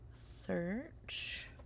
Search